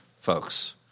folks